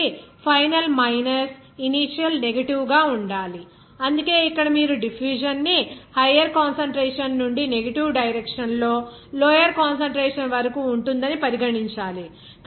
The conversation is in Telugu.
కాబట్టి ఫైనల్ మైనస్ ఇనీషియల్ నెగటివ్ గా ఉండాలి అందుకే ఇక్కడ మీరు డిఫ్యూజన్ ని హయ్యర్ కాన్సంట్రేషన్ నుండి నెగటివ్ డైరెక్షన్ లో లోయర్ కాన్సంట్రేషన్ వరకు ఉంటుందని పరిగణించాలి